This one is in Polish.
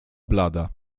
blada